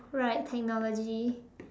right technology